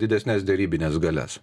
didesnes derybines galias